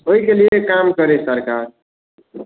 ओहिके लिए काम करे सरकार